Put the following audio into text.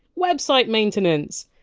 website maintenance!